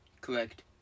Correct